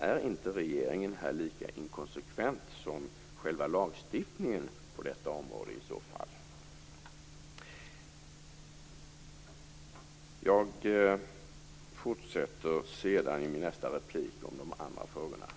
Är inte regeringen här lika inkonsekvent som själva lagstiftningen på området? Jag fortsätter med de andra frågorna i mitt nästa inlägg.